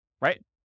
right